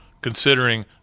considering